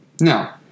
Now